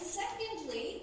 secondly